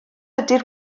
ydy